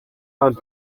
muri